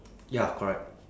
ya correct